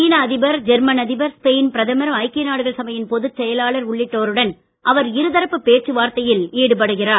சீன அதிபர் ஜெர்மன் அதிபர் ஸ்பெயின் பிரதமர் ஐக்கிய நாடுகள் சபையின் பொதுச் செயலாளர் உள்ளிட்டோருடன் அவர் இருதரப்பு பேச்சுவார்த்தையில் ஈடுபடுகிறார்